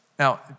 Now